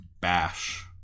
bash